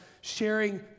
sharing